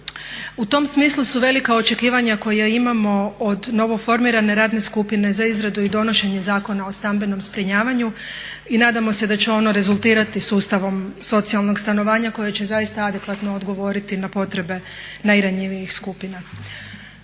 U tom smislu su velika očekivanja koja imamo od novoformirane Radne skupine za izradu i donošenje Zakona o stambenom zbrinjavanju i nadamo se da će ono rezultirati sustavom socijalnog stanovanja koje će zaista adekvatno odgovoriti na potrebe najranjivijih skupina.